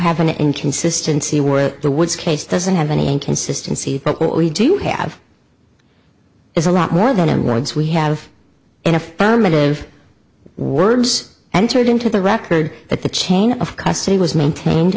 have an inconsistency were the woods case doesn't have any inconsistency but we do have it's a lot more than words we have an affirmative words entered into the record that the chain of custody was maintained